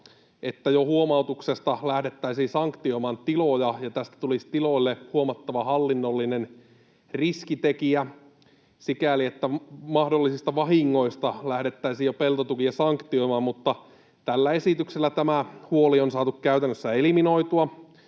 että jo huomautuksesta lähdettäisiin sanktioimaan tiloja ja tästä tulisi tiloille huomattava hallinnollinen riskitekijä sikäli, että mahdollisista vahingoista lähdettäisiin jo peltotukia sanktioimaan. Mutta tällä esityksellä tämä huoli on saatu käytännössä eliminoitua,